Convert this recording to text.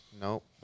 Nope